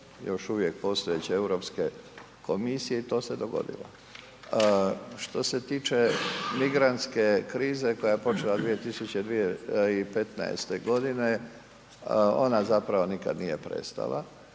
još uvijek postojeće Europske komisije i to se dogodilo. Što se tiče migrantske krize koja je počela 2015. godine, ona zapravo nikad nije prestala